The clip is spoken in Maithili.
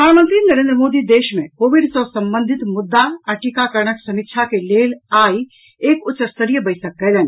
प्रधानमंत्री नरेन्द्र मोदी देश मे कोविड सँ संबंधित मुद्दा आ टीकाकरणक समीक्षा के लेल आइ एक उच्च्स्तरीय बैसक कयलनि